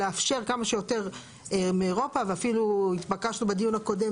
לאפשר כמה שיותר מאירופה ואפילו התבקשנו בדיון הקודם